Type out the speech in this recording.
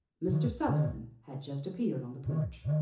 mr. sutherland had just appeared on the porch.